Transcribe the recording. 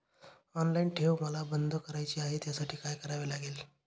Online ठेव मला बंद करायची आहे, त्यासाठी काय करावे लागेल?